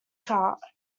cart